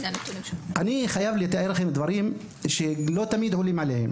אני חייב לתאר לכם דברים שלא תמיד מגלים אותם.